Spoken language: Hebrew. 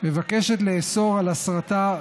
מבקשת לאסור הסרטה,